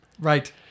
Right